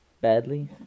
badly